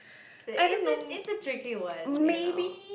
say it's a it's a tricky one you know